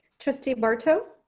trustee barto.